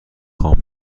خام